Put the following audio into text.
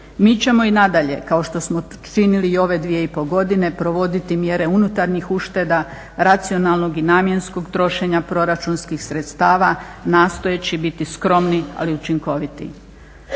Mi ćemo i nadalje, kao što smo činili i ove dvije i pol godine provoditi mjere unutarnjih ušteda, racionalnog i namjenskog trošenja proračunskih sredstava, nastojeći biti skromni, ali učinkoviti.